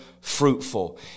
fruitful